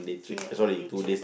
say one day trip